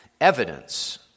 evidence